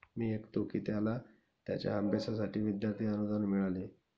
मी ऐकतो की त्याला त्याच्या अभ्यासासाठी विद्यार्थी अनुदान मिळाले